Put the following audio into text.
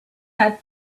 had